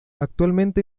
actualmente